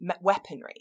weaponry